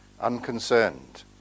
unconcerned